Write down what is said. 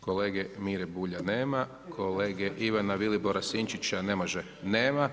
Kolege MIre Bulja nema, kolege Ivana Vilibora Sinčića nema.